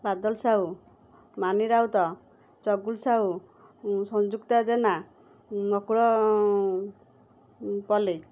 Badal Sahu Mani Raut Chagul Sahu Sanjukta Jena Nakul Palei